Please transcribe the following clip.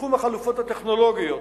בתחום החלופות הטכנולוגיות,